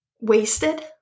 wasted